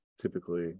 typically